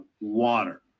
water